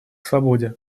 свободе